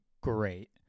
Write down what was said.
great